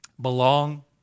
belong